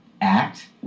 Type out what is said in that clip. act